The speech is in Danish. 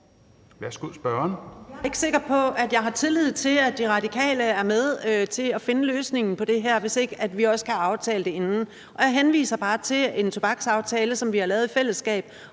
Jeg er ikke sikker på, jeg har tillid til, at De Radikale er med til at finde løsningen på det her, hvis ikke vi også kan aftale det forinden. Og jeg henviser bare til en tobaksaftale, som vi har lavet i fællesskab,